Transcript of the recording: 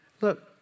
Look